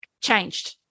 changed